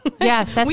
Yes